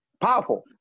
Powerful